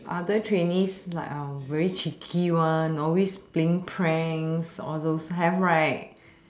other trainees like um very cheeky one always playing pranks all those have right